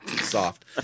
soft